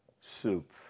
soup